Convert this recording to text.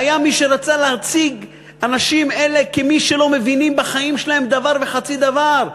והיה מי שרצה להציג אנשים אלה כמי שלא מבינים בחיים שלהם דבר וחצי דבר,